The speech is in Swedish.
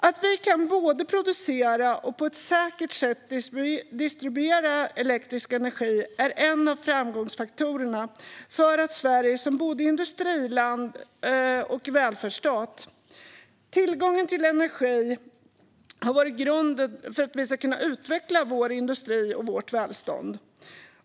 Att vi kan både producera och på ett säkert sätt distribuera elektrisk energi är en av framgångsfaktorerna för Sverige som både industriland och välfärdsstat. Tillgången till energi har varit grunden för att vi kunnat utveckla vår industri och vårt välstånd.